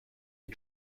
and